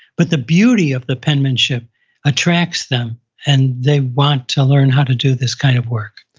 but the beauty of the penmanship attracts them and they want to learn how to do this kind of work